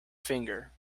finger